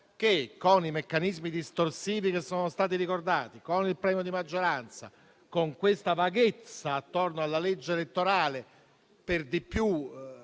con i meccanismi distorsivi che sono stati ricordati, con il premio di maggioranza, con la vaghezza attorno alla legge elettorale e per di più